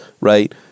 Right